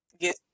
get